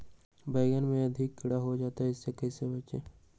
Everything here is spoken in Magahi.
बैंगन में अधिक कीड़ा हो जाता हैं इससे कैसे बचे?